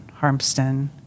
Harmston